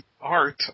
art